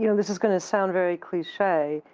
you know this is going to sound very cliche,